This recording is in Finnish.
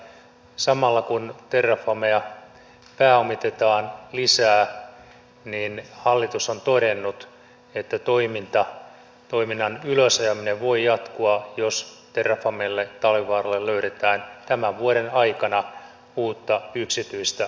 samalla kun terrafamea pääomitetaan lisää hallitus on todennut että toiminnan ylösajaminen voi jatkua jos terrafamelle talvivaaralle löydetään tämän vuoden aikana uutta yksityistä rahoitusta